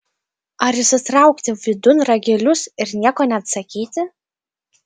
ar įsitraukti vidun ragelius ir nieko neatsakyti